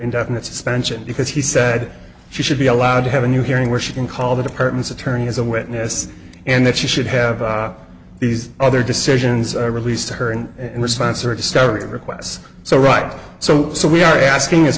indefinite suspension because he said she should be allowed to have a new hearing where she can call the department's attorney as a witness and that she should have these other decisions are released to her and in response or to start requests so right so so we are asking